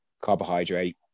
carbohydrate